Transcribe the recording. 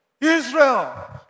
Israel